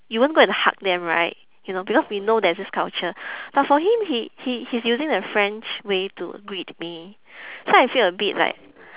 you won't go and hug them right you know because we know there's this culture but for him he he he's using the french way to greet me so I feel a bit like